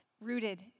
rooted